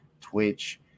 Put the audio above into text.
Twitch